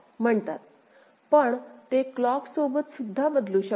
पण ते क्लॉक सोबत सुद्धा बदलू शकते